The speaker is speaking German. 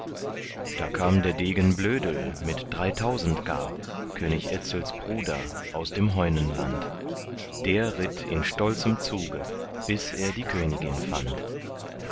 da kam der degen blödel mit dreitausend gar könig etzels bruder aus dem heunenland der ritt in stolzem zuge bis er die königin fand